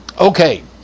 Okay